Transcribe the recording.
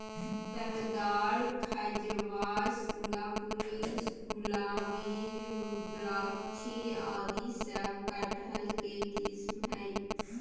रसदार, खजवा, सिंगापुरी, गुलाबी, रुद्राक्षी आदि सब कटहल के किस्म हय